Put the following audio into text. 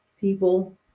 people